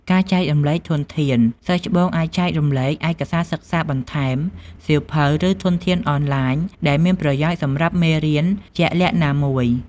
ការចែករំលែកធនធាន សិស្សច្បងអាចចែករំលែក ឯកសារសិក្សាបន្ថែម សៀវភៅ ឬធនធានអនឡាញ ដែលមានប្រយោជន៍សម្រាប់មេរៀនជាក់លាក់ណាមួយ។